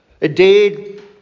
Indeed